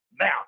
now